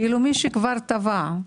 מי שכבר טבע,